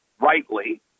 rightly